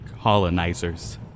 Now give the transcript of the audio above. colonizers